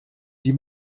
die